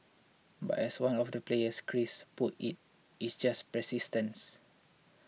but as one of the players Chris puts it It's just persistence